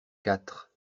quatre